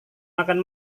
makan